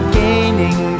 gaining